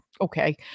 okay